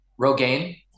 Rogaine